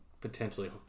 potentially